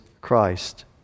Christ